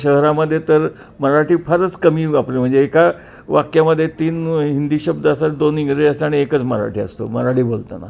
शहरामध्ये तर मराठी फारच कमी वापर म्हणजे एका वाक्यामध्ये तीन हिंदी शब्द असतात दोन इंग्रजी असतात आणि एकच मराठी असतो मराठी बोलताना